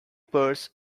purse